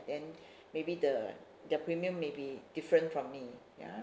then maybe the the premium may be different from me ya